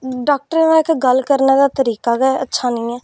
डॉक्टरें दा इक्क गल्ल करने दा गै तरीका अच्छा निं ऐ